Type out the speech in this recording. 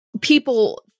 people